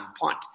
punt